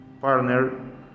partner